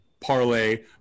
parlay